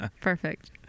perfect